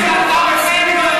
בזה תמו המערכות?